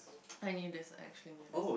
I knew this I actually knew this